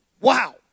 Wow